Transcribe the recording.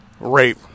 rape